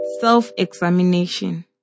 Self-examination